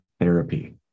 therapy